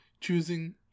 choosing